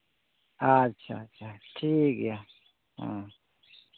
ᱟᱪᱪᱷᱟ ᱟᱪᱪᱷᱟ ᱴᱷᱤᱠᱜᱮᱭᱟ ᱦᱩᱸ